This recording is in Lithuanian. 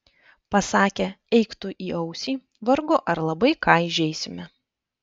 pasakę eik tu į ausį vargu ar labai ką įžeisime